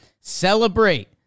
celebrate